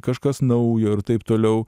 kažkas naujo ir taip toliau